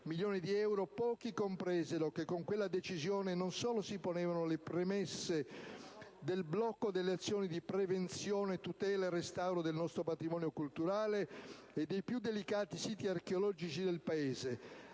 miliardi di euro, pochi compresero che con quella decisione non solo si ponevano le premesse del blocco delle azioni di prevenzione, tutela e restauro del nostro patrimonio culturale e dei più delicati siti archeologici del Paese,